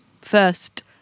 first